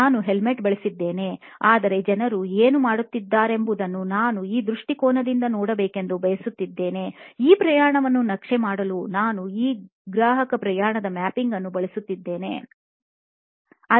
ನಾನು ಹೆಲ್ಮೆಟ್ ಬಳಸುತ್ತಿದ್ದೇ ಆದರೆ ಜನರು ಏನು ಮಾಡುತ್ತಿದ್ದಾರೆಂಬುದನ್ನು ನಾನು ಈ ದೃಷ್ಟಿಕೋನದಿಂದ ನೋಡಬೇಕೆಂದು ಬಯಸಿದ್ದೇನೆ ಆ ಪ್ರಯಾಣವನ್ನು ನಕ್ಷೆ ಮಾಡಲು ನಾನು ಈ ಗ್ರಾಹಕ ಪ್ರಯಾಣದ ಮ್ಯಾಪಿಂಗ್ ಅನ್ನು ಬಳಸುತ್ತೇನೆ